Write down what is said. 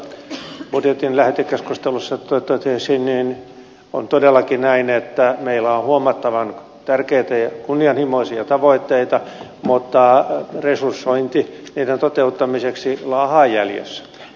kuten tuossa budjetin lähetekeskustelussa totesin on todellakin näin että meillä on huomattavan tärkeitä ja kunnianhimoisia tavoitteita mutta resursointi niiden toteuttamiseksi laahaa jäljessä